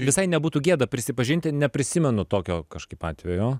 visai nebūtų gėda prisipažinti neprisimenu tokio kažkaip atvejo